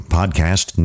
Podcast